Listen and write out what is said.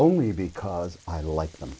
only because i like them